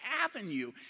Avenue